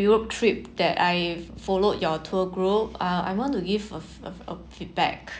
europe trip that I followed your tour group uh I want to give a a a feedback